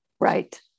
right